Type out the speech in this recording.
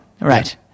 right